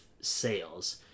sales